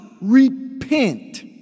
repent